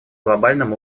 глобальном